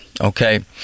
Okay